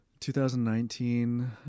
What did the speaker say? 2019